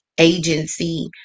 agency